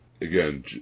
again